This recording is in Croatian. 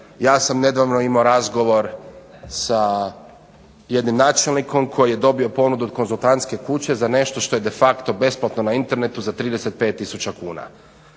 Ja sam nedavno imao razgovor sa jednim načelnikom koji je dobio ponudu od konzultantske kuće za nešto što je de facto besplatno na internetu za 35000 kuna.